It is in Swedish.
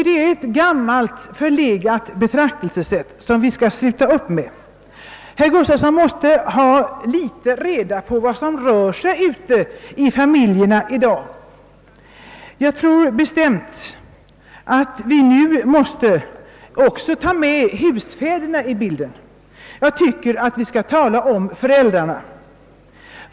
Det är ett gammalt och förlegat betraktelsesätt som vi bör sluta upp med. Herr Gustafsson i Skellefteå måste skaffa sig litet kännedom om vad som rör sig ute i familjerna i dag. Jag tror bestämt att vi också måste ta in de s.k. husfäderna i bilden. Eller varför inte tala om föräldrarna.